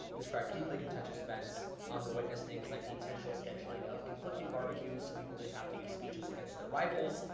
describe deeply contentious events on the witness things, like the intentional scheduling of conflicting barbecues, so people didn't have to give speeches against their rivals.